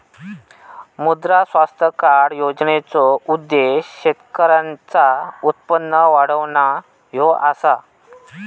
मुद्रा स्वास्थ्य कार्ड योजनेचो उद्देश्य शेतकऱ्यांचा उत्पन्न वाढवणा ह्यो असा